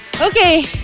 Okay